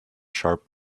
sharp